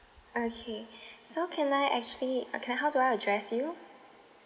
okay so can I actually uh can I how do I address you